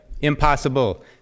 Impossible